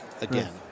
again